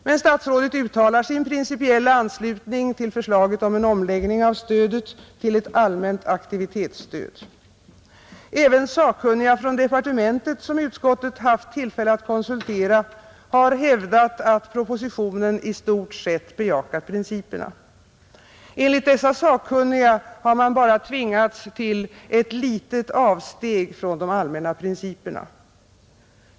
Men statsrådet uttalar sin principiella anslutning till förslaget om en omläggning av stödet till ett allmänt aktivitetsstöd. Även sakkunniga från departementet som utskottet haft tillfälle att konsultera har hävdat att propositionen i stort sett bejakat principerna. Enligt dessa sakkunniga har man bara tvingats till ett litet avsteg från de allmänna principerna.